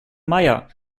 meier